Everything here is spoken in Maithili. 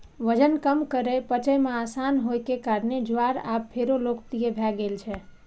वजन कम करै, पचय मे आसान होइ के कारणें ज्वार आब फेरो लोकप्रिय भए गेल छै